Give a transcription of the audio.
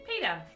Peter